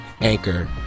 anchor